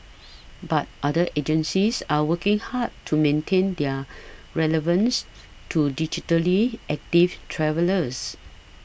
but other agencies are working hard to maintain their relevance to digitally active travellers